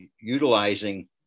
utilizing